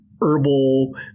herbal